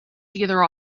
together